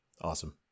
Awesome